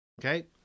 Okay